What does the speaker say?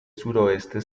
sureste